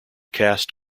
cast